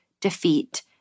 defeat